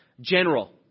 general